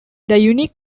unique